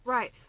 Right